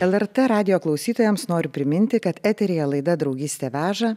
lrt radijo klausytojams noriu priminti kad eteryje laida draugystė veža